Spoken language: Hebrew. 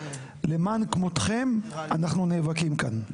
למען כמותכם אנחנו נאבקים כאן.